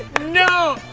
no,